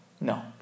No